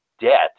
debt